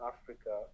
Africa